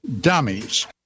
dummies